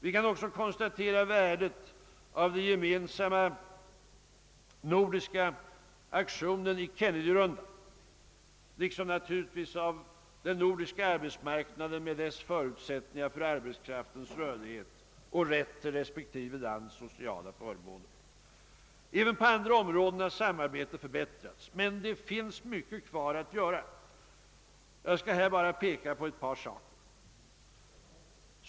Vi kan också konstatera värdet av den gemensamma nordiska aktionen i Kennedyrundan, liksom av den nordiska arbetsmarknaden med dess förutsättningar för arbetskraftens rörlighet och rätt till respektive lands sociala förmåner. Även på andra områden har samarbetet förstärkts. Men mycket återstår att göra. Låt mig här endast peka på några väsentliga områden.